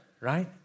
right